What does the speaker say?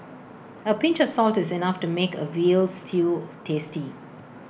A pinch of salt is enough to make A Veal Stew tasty